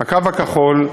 "הקו הכחול"